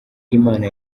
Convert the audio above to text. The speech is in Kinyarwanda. imana